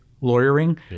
lawyering